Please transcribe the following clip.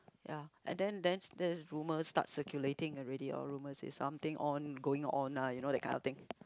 ya and then then that's rumours start circulating already or rumours is something on going on ah you know that kind of thing